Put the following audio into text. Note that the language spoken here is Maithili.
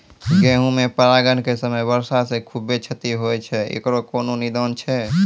गेहूँ मे परागण के समय वर्षा से खुबे क्षति होय छैय इकरो कोनो निदान छै?